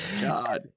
God